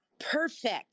Perfect